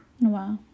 Wow